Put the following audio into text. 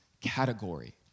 category